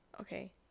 okay